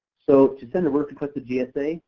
so to send a work request to gsa,